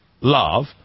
love